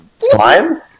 Slime